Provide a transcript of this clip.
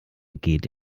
geht